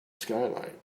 skylight